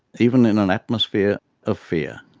even in an atmosphere of fear.